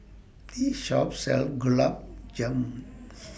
This Shop sells Gulab Jamun